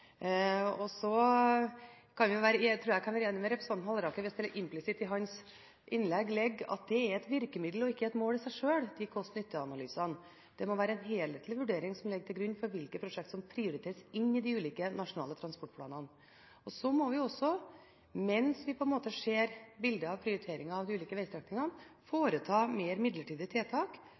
tror jeg kan være enig med representanten Halleraker hvis det implisitt i hans innlegg ligger at kost–nytte-analysene er et virkemiddel og ikke et mål i seg sjøl. Det må være en helhetlig vurdering som ligger til grunn for hvilke prosjekt som prioriteres inn i de ulike nasjonale transportplanene. Så må vi også, mens vi ser bildet av prioriteringer av de ulike vegstrekningene, foreta mer midlertidige tiltak